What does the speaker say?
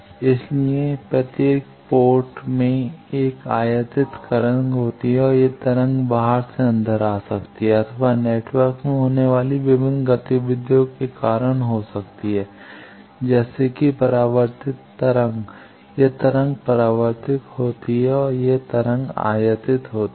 इसलिए प्रत्येक पोर्ट में 1 आयातित तरंग होती है यह तरंग बाहर से अंदर आ सकती है अथवा नेटवर्क में होने वाली विभिन्न गतिविधियों के कारण हो सकती है जैसे कि परावर्तित तरंग यह तरंग परावर्तित होती है और यह तरंग आयातित होती है